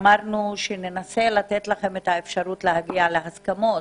תן לנו להבין למה אתה מתכוון